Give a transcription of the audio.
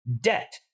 Debt